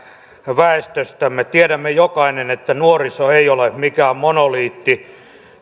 väestöstämme me jokainen tiedämme että nuoriso ei ole mikään monoliitti